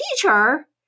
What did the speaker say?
teacher